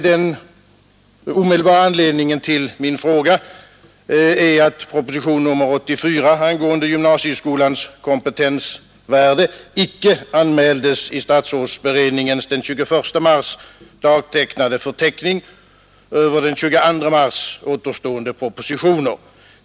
Den omedelbara anledningen till min fråga är att propositionen 84 angående gymnasieskolans kompetensvärde icke anmäldes i statsrådsberedningens den 21 mars dagtecknade förteckning över den 22 mars återstående propositioner.